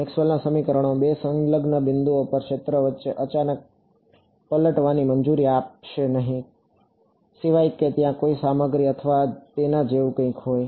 મેક્સવેલના સમીકરણો 2 સંલગ્ન બિંદુઓ પર ક્ષેત્ર વચ્ચે અચાનક પલટાવવાની મંજૂરી આપશે નહીં સિવાય કે ત્યાં કોઈ સામગ્રી અથવા તેના જેવું કંઈક હોય